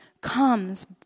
comes